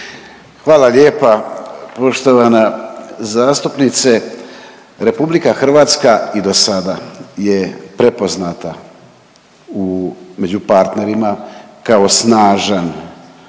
Hvala lijepa. Poštovana zastupnice, RH i dosada je prepoznata u među partnerima kao snažan